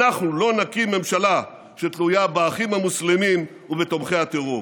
אנחנו לא נקים ממשלה שתלויה באחים המוסלמים ובתומכי הטרור.